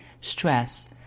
stress